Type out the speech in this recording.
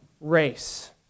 race